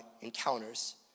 encounters